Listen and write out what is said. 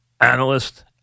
analyst